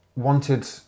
wanted